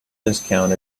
discount